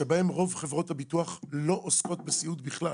שבהן רוב חברות הביטוח לא עוסקות בסיעוד בכלל.